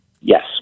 yes